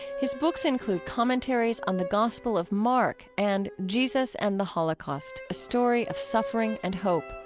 his books include commentaries on the gospel of mark and jesus and the holocaust a story of suffering and hope.